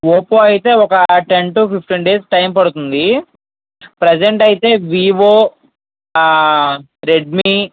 Oppo అయితే ఒక ten to fifteen days time పడుతుంది ప్రెజంట్ అయితే వివో రెడ్మీ